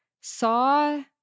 saw